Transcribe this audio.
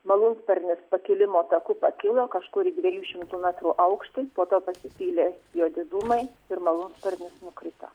malūnsparnis pakilimo taku pakilo kažkur į dviejų šimtų metrų aukštį po to pasipylė juodi dūmai ir malūnsparnis nukrito